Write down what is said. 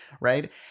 right